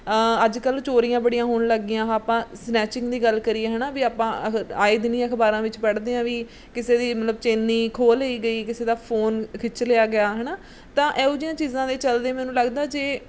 ਅੱਜ ਕੱਲ੍ਹ ਚੋਰੀਆਂ ਬੜੀਆਂ ਹੋਣ ਲੱਗ ਗਈਆਂ ਆਹਾ ਆਪਾਂ ਸਨੈਚਿੰਗ ਦੀ ਗੱਲ ਕਰੀਏ ਹੈ ਨਾ ਵੀ ਆਪਾਂ ਇਹ ਆਏ ਦਿਨੀਂ ਅਖਬਾਰਾਂ ਵਿੱਚ ਪੜ੍ਹਦੇ ਹਾਂ ਵੀ ਕਿਸੇ ਦੀ ਮਤਲਬ ਚੇਨੀ ਖੋਹ ਲਈ ਗਈ ਕਿਸੇ ਦਾ ਫੋਨ ਖਿੱਚ ਲਿਆ ਗਿਆ ਹੈ ਨਾ ਤਾਂ ਇਹੋ ਜਿਹੀਆਂ ਚੀਜ਼ਾਂ ਦੇ ਚਲਦੇ ਮੈਨੂੰ ਲੱਗਦਾ ਜੇ